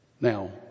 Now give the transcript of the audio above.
Now